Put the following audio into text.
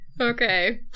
Okay